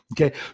Okay